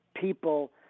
people